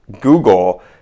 google